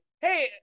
hey